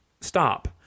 stop